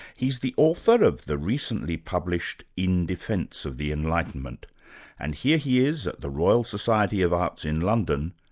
he's the author of the recently published in defence of the enlightenment and here he is at the royal society of arts in london,